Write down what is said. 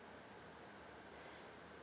mm